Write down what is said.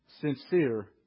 sincere